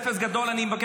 --- אפס גדול ועגול.